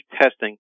testing